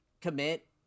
commit